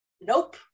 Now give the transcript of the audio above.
Nope